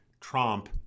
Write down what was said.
Trump